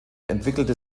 entwickelte